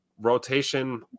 rotation